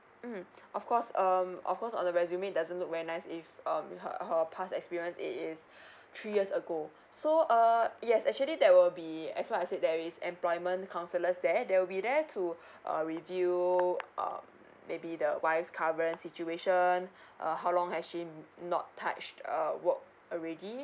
mm of course um of course all the resume it doesn't look very nice if um her her past experience it is three years ago so uh yes actually that will be as what I said there is employment counsellors there there will be there to uh review um maybe the wife current situation uh how long has she not touch err work already